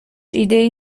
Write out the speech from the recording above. ایدهای